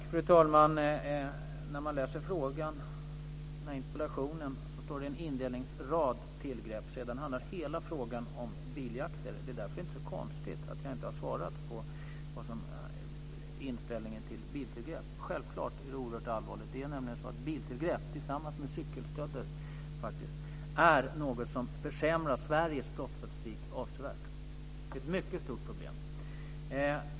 Fru talman! När man läser interpellationen ser man att det i en inledningsrad står om tillgrepp. Sedan handlar hela interpellationen om biljakter. Det är därför inte så konstigt att jag inte har svarat på vilken inställning jag har till biltillgrepp. Självklart är det oerhört allvarligt. Det är nämligen så att biltillgrepp tillsammans med cykelstölder är något som försämrar Sveriges brottsstatistik avsevärt. Det är ett mycket stort problem.